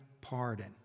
pardon